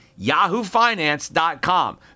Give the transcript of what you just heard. yahoofinance.com